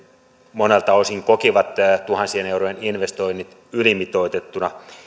monelta osin kokivat tuhansien eurojen investoinnit ylimitoitettuina